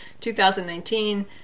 2019